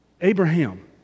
Abraham